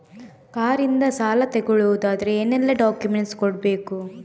Car ಇಂದ ಸಾಲ ತಗೊಳುದಾದ್ರೆ ಏನೆಲ್ಲ ಡಾಕ್ಯುಮೆಂಟ್ಸ್ ಕೊಡ್ಬೇಕು?